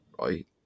right